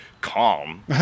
calm